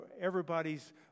everybody's